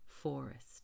forest